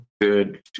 good